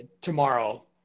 tomorrow